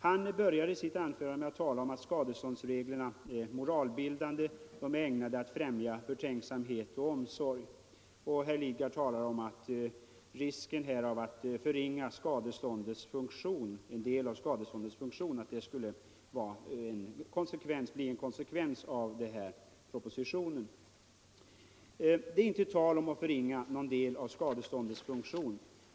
Han började med att tala om att skadeståndreglerna är moralbildande och ägnade att främja förtänksamhet och omsorg. Propositionen skulle kunna medföra att en del av skadeståndets funktion förringades. Det är dock inte tal om att förringa någon del av skadeståndets funktion.